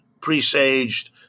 presaged